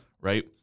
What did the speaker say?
Right